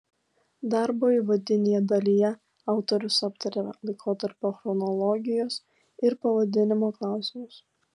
darbo įvadinėje dalyje autorius aptaria laikotarpio chronologijos ir pavadinimo klausimus